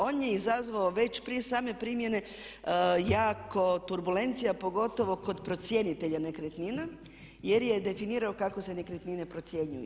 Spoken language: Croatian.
On je izazvao već prije same primjene jako turbulencija pogotovo kod procjenitelja nekretnina jer je definirao kako se nekretnine procjenjuju.